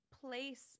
place